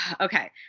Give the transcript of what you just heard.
okay